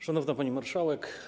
Szanowna Pani Marszałek!